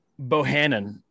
Bohannon